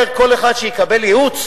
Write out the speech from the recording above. שתאפשר, כל אחד שיקבל ייעוץ,